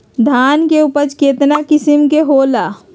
धान के उपज केतना किस्म के होला?